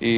I